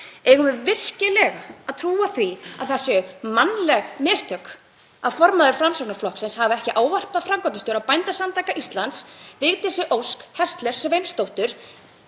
Eigum við virkilega að trúa því að það séu mannleg mistök að formaður Framsóknarflokksins hafi ekki ávarpað framkvæmdastjóra Bændasamtaka Íslands, Vigdísi Ósk Häsler Sveinsdóttur,